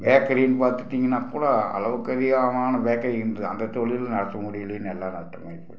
பேக்கரின்னு பார்த்துட்டிங்கன்னா கூட அளவுக்கு அதிகமான பேக்கரி இருந்தது அந்தத் தொழில் நடத்த முடியலைன்னு எல்லாம் நட்டம் ஆகிப் போச்சு